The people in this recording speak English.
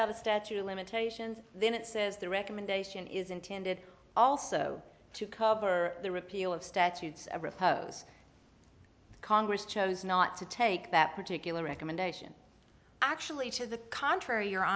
about a statute of limitations then it says the recommendation is intended also to cover the repeal of statutes of repose congress chose not to take that particular recommendation actually to the contrary your